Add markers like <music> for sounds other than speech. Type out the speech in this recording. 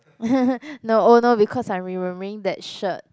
<laughs> no oh no because I'm remembering that shirt